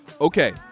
Okay